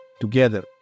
together